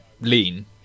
lean